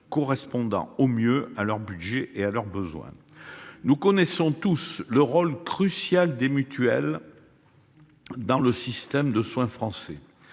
correspondant au mieux à leur budget et à leurs besoins. Nous connaissons tous le rôle crucial des mutuelles dans le système de soins français.